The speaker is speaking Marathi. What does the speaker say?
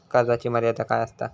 कर्जाची मर्यादा काय असता?